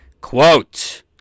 Quote